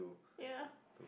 ya